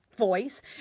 Voice